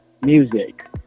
Music